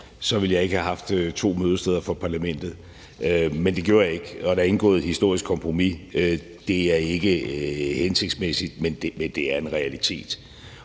så ville jeg ikke have haft to mødesteder for Parlamentet, men det gjorde jeg ikke, og der er indgået et historisk kompromis. Det er ikke hensigtsmæssigt, men det er en realitet,